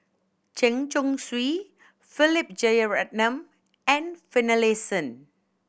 Chen Chong Swee Philip Jeyaretnam and Finlayson